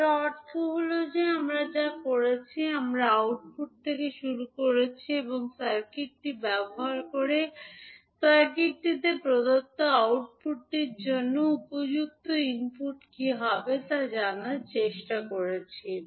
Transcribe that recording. এর অর্থ হল যে আমরা যা করছি আমরা আউটপুট থেকে শুরু করছি এবং সার্কিটটি ব্যবহার করে সার্কিটকে প্রদত্ত আউটপুটটির জন্য উপযুক্ত ইনপুট কী হবে তা জানার চেষ্টা করছি